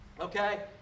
okay